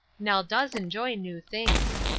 nell does enjoy new things.